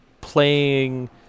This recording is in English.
playing